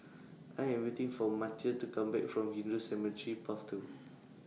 I Am waiting For Matteo to Come Back from Hindu Cemetery Path two